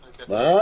מה?